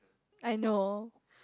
I know